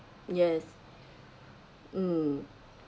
yes mm